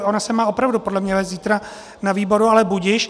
Ona se má opravdu podle mě vést zítra na výboru, ale budiž.